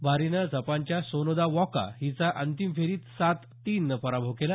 बारीनं जपानच्या Sonoda Waka हिचा अंतिम फेरीत सात तीननं पराभव केला